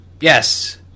yes